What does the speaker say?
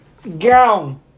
Gown